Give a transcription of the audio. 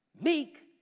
Meek